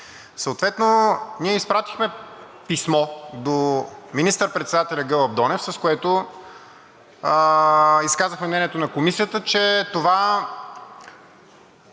Съответно ние изпратихме писмо до министър-председателя Гълъб Донев, с което изказахме мнението на Комисията, че това